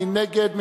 מי נגד?